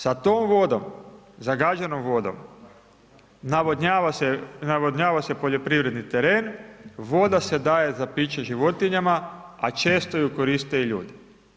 Sa tom vodom, zagađenom vodom navodnjava se poljoprivredni teren, voda se daje za piće životinjama, a često ju koriste i ljudi.